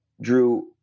Drew